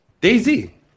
Daisy